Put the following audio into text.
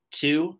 two